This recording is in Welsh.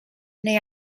neu